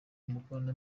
umukono